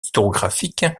hydrographique